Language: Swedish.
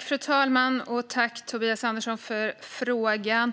Fru talman! Tack, Tobias Andersson, för frågan!